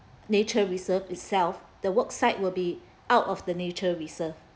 nature reserve itself the worksite will be out of the nature reserve